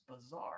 bizarre